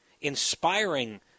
inspiring